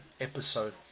episode